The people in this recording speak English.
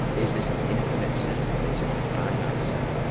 is this an infinite set or is it a finite set?